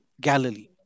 Galilee